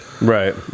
right